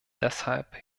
deshalb